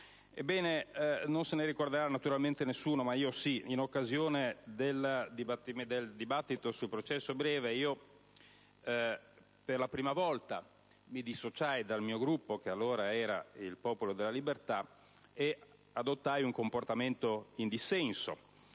Ebbene (non se ne ricorderà nessuno, ma io sì) , in occasione del dibattito sul processo breve per la prima volta mi dissociai dal mio Gruppo, che allora era il Popolo della Libertà e adottai un comportamento in dissenso.